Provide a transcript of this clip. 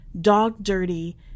dog-dirty